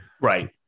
Right